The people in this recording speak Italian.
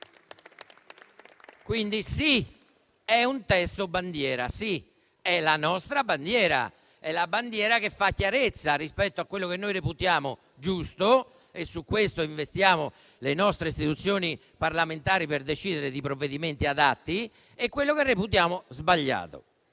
Quindi sì, è un testo bandiera; sì, è la nostra bandiera, che fa chiarezza rispetto a quello che reputiamo giusto - e su cui investiamo le istituzioni parlamentari per decidere sui provvedimenti adatti - e quello che reputiamo sbagliato.